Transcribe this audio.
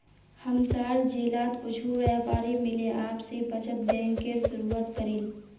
हमसार जिलात कुछु व्यापारी मिले आपसी बचत बैंकेर शुरुआत करील